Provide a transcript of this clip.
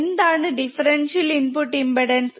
എന്താണ് differential input impedance